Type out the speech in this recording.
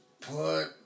Put